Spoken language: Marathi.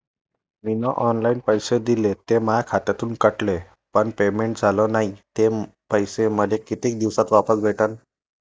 मीन ऑनलाईन पैसे दिले, ते माया खात्यातून कटले, पण पेमेंट झाल नायं, ते पैसे मले कितीक दिवसात वापस भेटन?